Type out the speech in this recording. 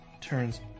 turns